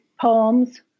poems